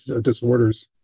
disorders